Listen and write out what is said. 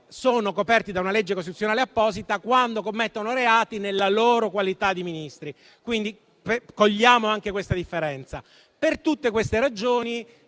sono coperti da una legge costituzionale apposita, quando commettono reati nella loro qualità di Ministri, quindi cogliamo anche questa differenza. Per tutte queste ragioni,